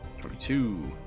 Twenty-two